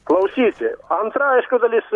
klausyti antra aišku dalis